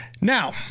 Now